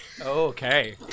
Okay